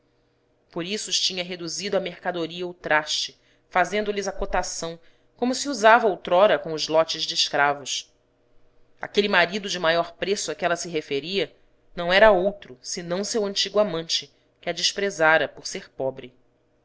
por isso os tinha reduzido à mercadoria ou traste fazendo lhes a cotação como se usava outrora com os lotes de escravos aquele marido de maior preço a que ela se referia não era outro senão seu antigo amante que a desprezara por ser pobre